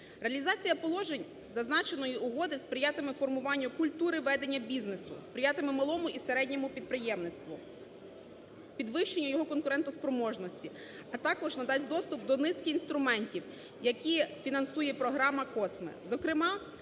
Реалізація положень зазначеної угоди сприятиме формуванню культури ведення бізнесу, сприятиме малому і середньому підприємництву підвищенню його конкурентоспроможності, а також надасть доступ до низки інструментів, які фінансує програма COSME.